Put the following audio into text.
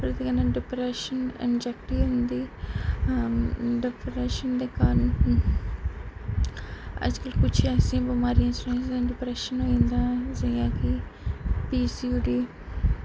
होर ओह्दे कन्नै डिप्रेशन एंजाइटी होई जंदी डिप्रेशन दे कारण अज्ज कल कुछ ऐसियां बमारियां चली दियां डिप्रेशन होई जंदा जि'यां कि पी सी यू दी